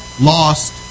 lost